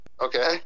Okay